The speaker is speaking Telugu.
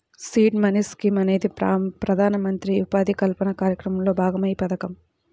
సీడ్ మనీ స్కీమ్ అనేది ప్రధానమంత్రి ఉపాధి కల్పన కార్యక్రమంలో భాగమైన పథకం